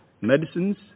Medicines